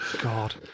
God